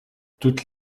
toutes